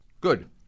Good